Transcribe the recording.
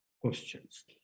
questions